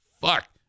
fuck